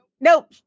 Nope